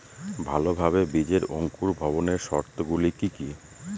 ভালোভাবে বীজের অঙ্কুর ভবনের শর্ত গুলি কি কি?